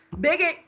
bigot